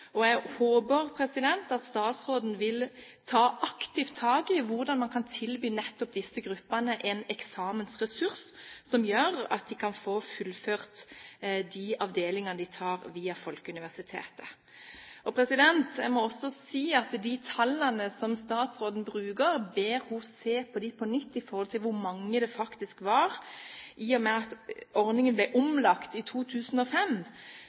situasjon. Jeg håper at statsråden vil ta aktivt tak i hvordan man kan tilby nettopp disse gruppene en eksamensressurs som gjør at de kan få fullført de avdelingene de tar via Folkeuniversitetet. Jeg må også be om at statsråden på nytt ser på de tallene hun bruker, for å se på hvor mange det faktisk var – i og med at ordningen ble omlagt i 2005,